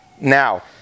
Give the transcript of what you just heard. Now